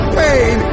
pain